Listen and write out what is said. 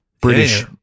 british